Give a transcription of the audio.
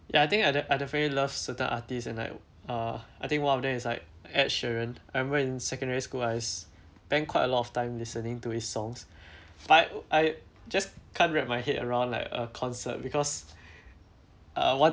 ya I think I de~ I definitely love certain artists and like uh I think one of them is like ed sheeran I remember in secondary school I spend quite a lot of time listening to his songs but uh I just can't wrap my head around like a concert because uh one